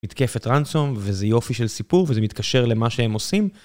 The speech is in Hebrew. מתקפת ransom, וזה יופי של סיפור, וזה מתקשר למה שהם עושים.